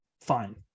Fine